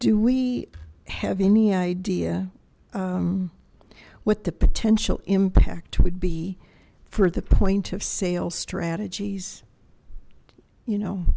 do we have any idea what the potential impact would be for the point of sale strategies you know